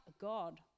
God